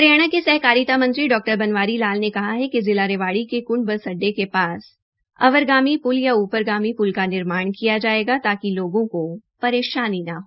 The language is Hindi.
हरियाणा के सहकारिता मंत्री डॉ बनवारी लाल ने कहा है कि जिला रेवाड़ी के क्ड बस अड्डे के पास अवरगामी प्ल या ऊपर गामी प्ल का निर्माण किया जायेगा ताकि लोगों को परेशानी न हो